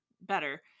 better